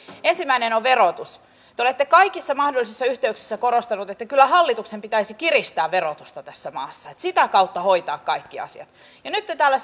ensimmäinen on verotus te te olette kaikissa mahdollisissa yhteyksissä korostaneet että kyllä hallituksen pitäisi kiristää verotusta tässä maassa sitä kautta hoitaa kaikki asiat ja nyt te täällä